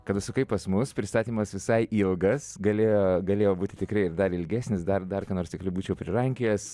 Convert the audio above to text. kad užsukai pas mus pristatymas visai ilgas galėjo galėjo būti tikri ir dar ilgesnis dar dar ką nors tikrai būčiau prirankiojęs